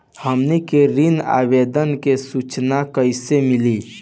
हमनी के ऋण आवेदन के सूचना कैसे मिली?